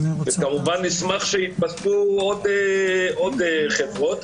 וכמובן נשמח שיתווספו עוד חברות.